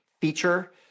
feature